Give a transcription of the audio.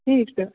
ٹھیٖک چھُ